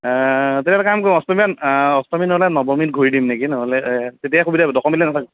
অ' তেনেহ'লে এটা কাম কৰো অষ্টমী অ' অষ্টমী নহ'লে নৱমীত ঘূৰি দিম নেকি নহ'লে অ' তেতিয়াই সুবিধা হ'ব দশমী দিনাখন